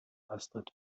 astrid